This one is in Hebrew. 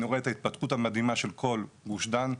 אני רואה את ההתפתחות המדהימה של כל גוש דן.